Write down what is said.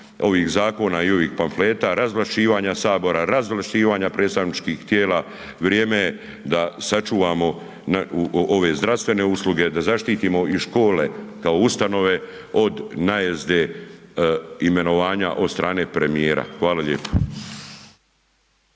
ovih zakona i ovih pamfleta, razvlašćivanja sabora, razvlašćivanja predstavničkih tijela, vrijeme je da sačuvamo ove zdravstvene usluge, da zaštitimo i škole kao ustanove od najezde imenovanja od strane premijera. Hvala lijepa.